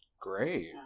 Great